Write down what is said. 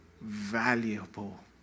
valuable